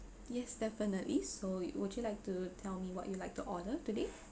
yes definitely so would you like to tell me what you like to order today